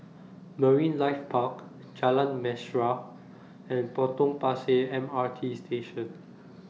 Marine Life Park Jalan Mesra and Potong Pasir M R T Station